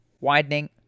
widening